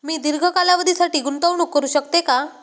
मी दीर्घ कालावधीसाठी गुंतवणूक करू शकते का?